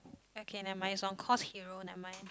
okay never mind it's on course hero never mind